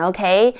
Okay